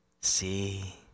See